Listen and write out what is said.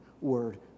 word